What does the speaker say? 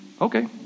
Okay